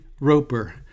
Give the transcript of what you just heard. Roper